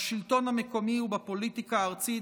בשלטון המקומי ובפוליטיקה הארצית,